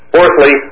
Fourthly